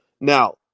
Now